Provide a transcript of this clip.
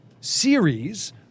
series